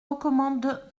recommande